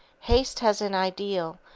haste has an ideal,